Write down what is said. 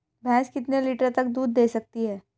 भैंस कितने लीटर तक दूध दे सकती है?